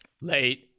Late